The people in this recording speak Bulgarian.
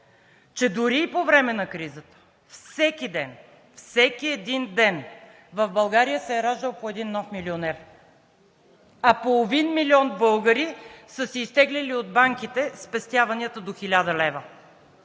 че дори и по време на кризата всеки един ден в България се е раждал по един нов милионер, а половин милион българи са изтеглили от банките спестяванията си до 1000 лв.